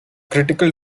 critical